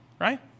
right